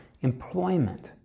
employment